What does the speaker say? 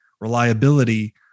reliability